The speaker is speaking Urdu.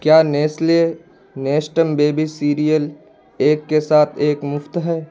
کیا نیسلے نیسٹم بیبی سیریئل ایک کے ساتھ ایک مفت ہے